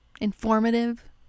informative